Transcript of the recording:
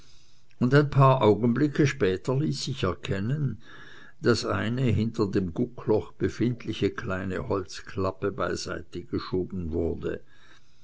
und ein paar augenblicke später ließ sich erkennen daß eine hinter dem guckloch befindliche kleine holzklappe beiseite geschoben wurde